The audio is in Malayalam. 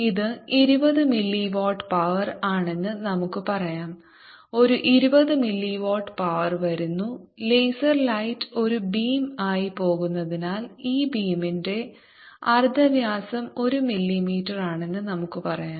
ഇത് 20 മില്ലി വാട്ട് പവർ ആണെന്ന് നമുക്ക് പറയാം ഒരു 20 മില്ലി വാട്ട് പവർ വരുന്നു ലേസർ ലൈറ്റ് ഒരു ബീം ആയി പോകുന്നതിനാൽ ഈ ബീമിന്റെ അർദ്ധവ്യാസം ഒരു മില്ലിമീറ്ററാണെന്ന് നമുക്ക് പറയാം